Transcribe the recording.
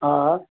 हा